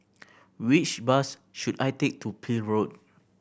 which bus should I take to Peel Road